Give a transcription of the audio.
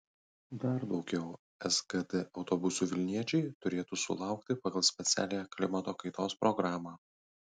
dar daugiau sgd autobusų vilniečiai turėtų sulaukti pagal specialiąją klimato kaitos programą